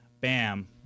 bam